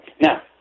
Now